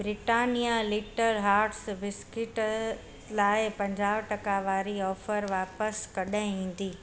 Britannia little hearts biscuit लाइ पंजाहु टका वारी ऑफर वापसि कॾहिं ईंदी